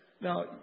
Now